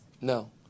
No